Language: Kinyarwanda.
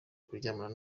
kuryamana